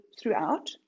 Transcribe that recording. throughout